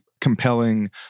compelling